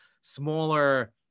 smaller